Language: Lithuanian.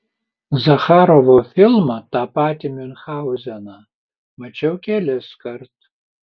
zacharovo filmą tą patį miunchauzeną mačiau keliskart